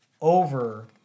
over